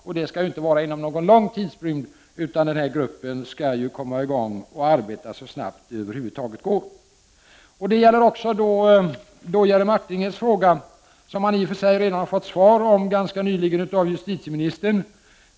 Och det skall inte ske långt fram i tiden, utan denna grupp skall påbörja sitt arbete så snart som det över huvud taget är möjligt. Detta gäller även Jerry Martingers fråga, som han i och för sig redan har fått svar på ganska nyligen av justitieministern.